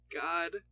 God